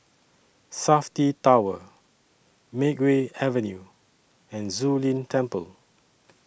Safti Tower Makeway Avenue and Zu Lin Temple